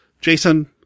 Jason